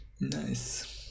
Nice